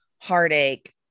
heartache